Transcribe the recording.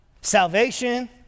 Salvation